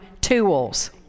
tools